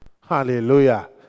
Hallelujah